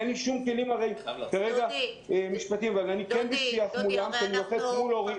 אין לי כלים משפטיים אבל אני בשיח מולם כי אני עובד מול הורים -- דודי,